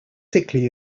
sickly